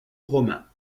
romain